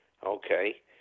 okay